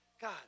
God